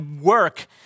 work